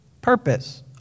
Purpose